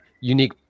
unique